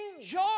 enjoy